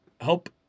help